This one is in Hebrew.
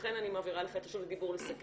לכן אני מעבירה לך את רשות הדיבור לסכם,